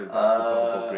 uh